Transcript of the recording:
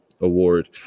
award